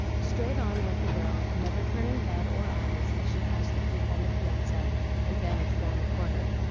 straight on went the girl, never turning head or eyes as she passed the group on the piazza and vanished round the corner,